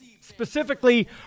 specifically